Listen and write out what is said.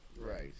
Right